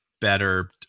better